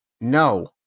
No